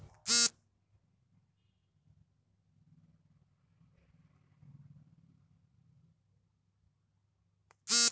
ಸ್ಕ್ವಾಷ್ಅನ್ನ ಆಹಾರ ಬಳಕೆಗಾಗಿ ಹೆಚ್ಚಾಗಿ ಬಳುಸ್ತಾರೆ ಹಾಗೂ ವಿದೇಶಕ್ಕೂ ರಫ್ತು ವಹಿವಾಟು ಮಾಡ್ತಾರೆ